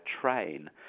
train